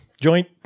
joint